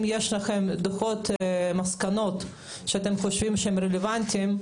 אם יש לכם דוחות ומסקנות שאתם חושבים שרלוונטיים,